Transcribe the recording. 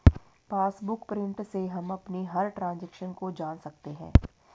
passbook print से हम अपनी हर ट्रांजेक्शन को जान सकते है